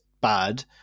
bad